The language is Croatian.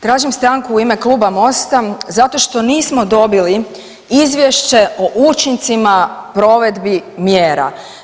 Tražim stanku u ime Kluba MOST-a zato što nismo dobili izvješće o učincima provedbi mjera.